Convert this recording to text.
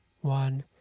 one